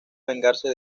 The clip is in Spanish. vengarse